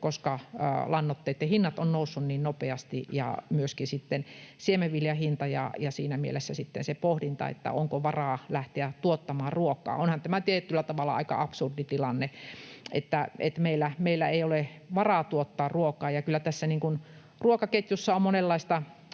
koska lannoitteitten hinnat ovat nousseet niin nopeasti ja myöskin siemenviljan hinta, ja siinä mielessä on se pohdinta, onko varaa lähteä tuottamaan ruokaa. Onhan tämä tietyllä tavalla aika absurdi tilanne, että meillä ei ole varaa tuottaa ruokaa, ja kyllä tässä ruokaketjussa on monenlaista